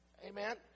Amen